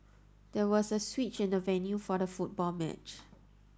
there was a switch in the venue for the football match